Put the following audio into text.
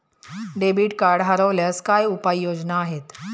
Debit card हरवल्यास काय उपाय योजना आहेत?